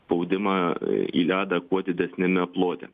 spaudimą į ledą kuo didesniame plote